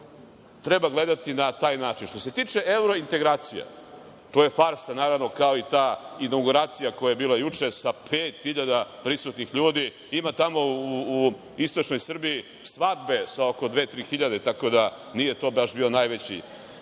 treba gledati na taj način. Što se tiče evrointegracija, to je farsa, naravno, kao i ta inauguracija koja je bila juče, sa 5.000 prisutnih ljudi. Ima tamo u Istočnoj Srbiji svadbe sa oko 2.000-3.000, tako da nije to baš bio najveći